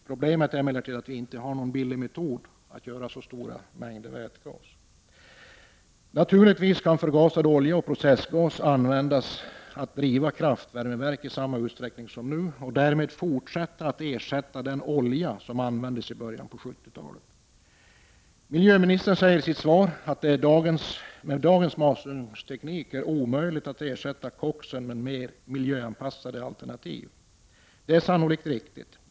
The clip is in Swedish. Problemet är emellertid att det ännu inte finns någon billig metod att använda för att göra så stora mängder vätgas. Naturligtvis kan förgasad olja och processgas användas för att driva kraftvärmeverk i samma utsträckning som redan sker och därmed fortsätta att ersätta den olja som användes i början av 70-talet. Miljöministern säger i sitt svar att det med dagens masugnsteknik är omöjligt att ersätta koksen med mer miljöanpassade alternativ. Det är sannolikt riktigt.